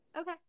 okay